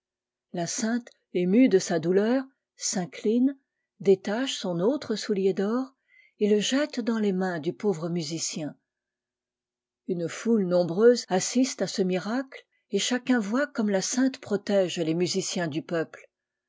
la sainte émue de sa douleur s'incline détache son autre soulier d'or et le jette dans les mains du pauvre musicien une foule nombreuse assiste à ce miracle et chacun voit comme la sainte protège les musiciens du peuple